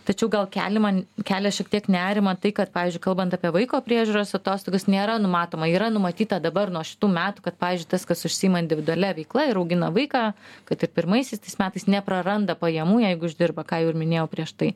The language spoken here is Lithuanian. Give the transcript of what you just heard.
tačiau gal keliama kelia šiek tiek nerimą tai kad pavyzdžiui kalbant apie vaiko priežiūros atostogas nėra numatoma yra numatyta dabar nuo šitų metų kad pavyzdžiui tas kas užsiima individualia veikla ir augina vaiką kad ir pirmaisiais metais nepraranda pajamų jeigu uždirba ką jau ir minėjau prieš tai